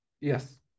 Yes